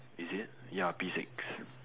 is it ya P six